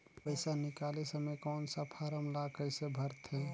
पइसा निकाले समय कौन सा फारम ला कइसे भरते?